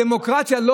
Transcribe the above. דמוקרטיה,